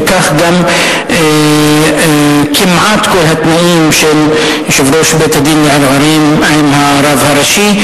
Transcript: וכך גם כמעט כל התנאים של יושב-ראש בית-הדין לערעורים עם הרב הראשי.